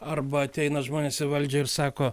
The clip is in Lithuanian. arba ateina žmonės į valdžią ir sako